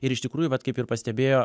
ir iš tikrųjų vat kaip ir pastebėjo